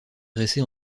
dressées